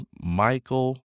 Michael